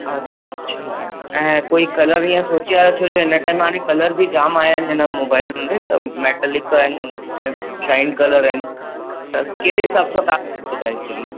अच्छा ऐं कोई कलर हीअं सोचे आया छो जो हिन टाइम हाणे कलर बि जाम आहियां आहिनि हिन मोबाइल में त मेटेलिक आहिनि ऐं जाइंट कलर आहिनि त कहिड़े हिसाब सां तव्हां एक्चुली